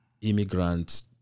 immigrants